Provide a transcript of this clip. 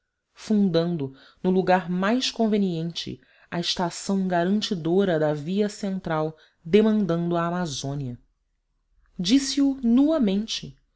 fundando no lugar mais conveniente a estação garantidora da via central demandando a amazônia disse-o nuamente